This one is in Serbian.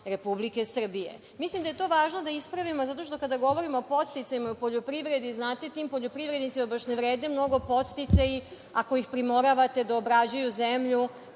Republike Srbije. Mislim da je to važno da ispravimo zato što kada govorimo o podsticajima u poljoprivredi, znate tim poljoprivrednicima baš ne vrede mnogo podsticaji ako ih primoravate da obrađuju zemlju